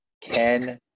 Ken